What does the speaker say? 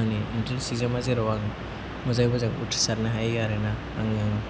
आंनि एन्ट्रेन्स एक्जामा जेराव आं मोजाङै मोजां उथ्रिसारनो हायो आरोना आङो